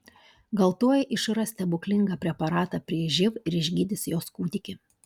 gal tuoj išras stebuklingą preparatą prieš živ ir išgydys jos kūdikį